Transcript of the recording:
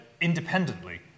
independently